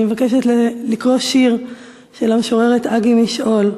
אני מבקשת לקרוא שיר של המשוררת אגי משעול.